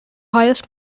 highest